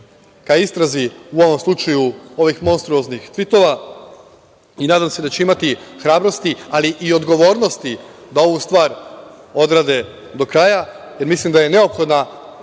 ka istrazi u ovom slučaju ovih monstruoznih tvitova i nadam se da će imati hrabrosti, ali i odgovornosti, da ovu stvar odrade do kraja, jer mislim da je neophodna